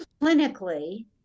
Clinically